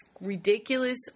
ridiculous